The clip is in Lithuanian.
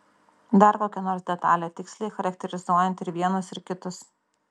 dar kokia nors detalė tiksliai charakterizuojanti ir vienus ir kitus